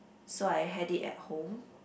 so I had it at home